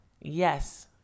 Yes